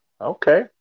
Okay